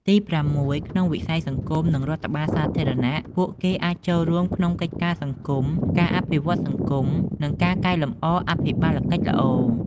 ទីប្រាំមួយ ក្នុងវិស័យសង្គម និងរដ្ឋបាលសាធារណៈ ពួកគេអាចចូលរួមក្នុងកិច្ចការសង្គម ការអភិវឌ្ឍន៍សហគមន៍ និងការកែលម្អអភិបាលកិច្ចល្អ។